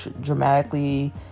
dramatically